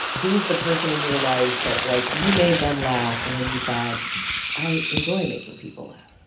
who was the person in your life that, like, you made them laugh, and then you thought i enjoy making people laugh?